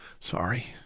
Sorry